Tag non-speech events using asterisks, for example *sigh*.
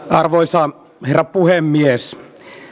*unintelligible* arvoisa herra puhemies